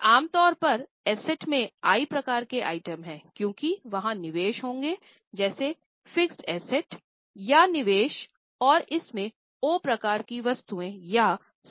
और आम तौर पर एसेटया निवेश और इसमें ओ प्रकार की वस्तुएँ या